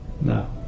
no